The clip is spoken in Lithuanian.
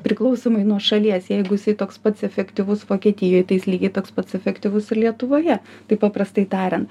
priklausomai nuo šalies jeigu jisai toks pats efektyvus vokietijoj tai jis lygiai toks pats efektyvus ir lietuvoje taip paprastai tariant